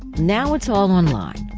now it's all online.